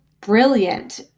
brilliant